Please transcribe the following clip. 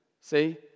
See